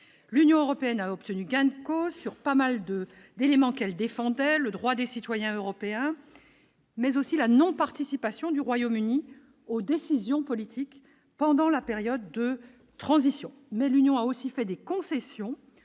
l'Union européenne a obtenu gain de cause sur pas mal de d'éléments qu'elle défendait le droit des citoyens européens, mais aussi la non-participation du Royaume-Uni aux décisions politiques pendant la période de transition, mais l'Union a aussi fait des concessions